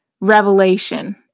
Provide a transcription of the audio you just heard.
revelation